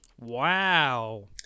Wow